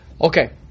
Okay